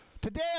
today